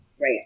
Right